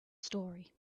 story